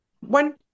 one